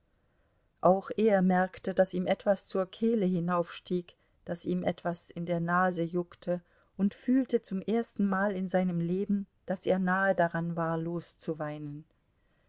auch er merkte daß ihm etwas zur kehle hinaufstieg daß ihm etwas in der nase juckte und fühlte zum erstenmal in seinem leben daß er nahe daran war